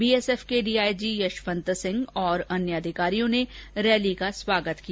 BFF के DIG Yashwant Singh और अन्य अधिकारियों ने रैली का स्वागत किया